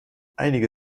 einige